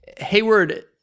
Hayward